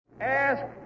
Ask